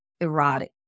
erotic